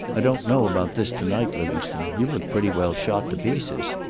i don't know about this to-night, livingstone. you look pretty well shot to pieces.